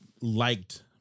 liked